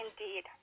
Indeed